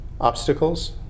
obstacles